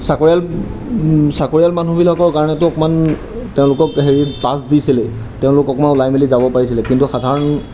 চাকৰিয়াল চাকৰিয়াল মানুহবিলাকৰ কাৰণেতো অকণমান তেওঁলোকক হেৰি পাছ দিছিলেই তেওঁলোক অকণমান ওলাই মেলি যাব পাৰিছিলে কিন্তু সাধাৰণ